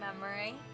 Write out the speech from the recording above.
memory